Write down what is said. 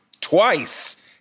twice